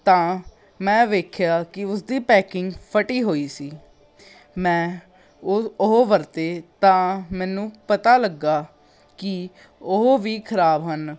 ਤਾਂ ਮੈਂ ਵੇਖਿਆ ਕਿ ਉਸਦੀ ਪੈਕਿੰਗ ਫਟੀ ਹੋਈ ਸੀ ਮੈਂ ਉਹ ਉਹ ਵਰਤੇ ਤਾਂ ਮੈਨੂੰ ਪਤਾ ਲੱਗਾ ਕਿ ਉਹ ਵੀ ਖਰਾਬ ਹਨ